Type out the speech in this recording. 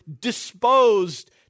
disposed